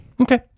Okay